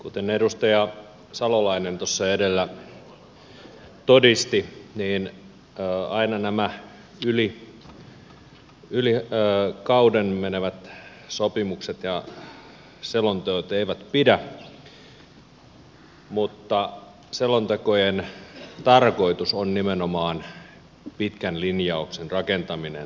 kuten edustaja salolainen tuossa edellä todisti aina nämä yli kauden menevät sopimukset ja selonteot eivät pidä mutta selontekojen tarkoitus on nimenomaan pitkän linjauksen rakentaminen